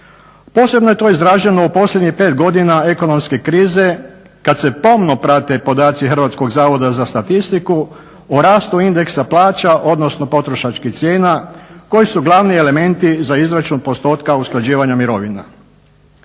Posebno je to izraženo u posljednjih pet godina ekonomske krize kada se pomno prate podaci Hrvatskog zavoda za statistiku o rastu indeksa plaća odnosno potrošačkih cijena koji su glavni elementi za izračun postotka usklađivanja mirovina.